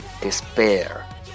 despair